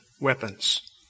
weapons